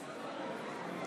נוכחת